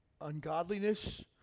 Ungodliness